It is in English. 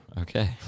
Okay